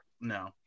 No